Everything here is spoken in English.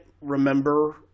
remember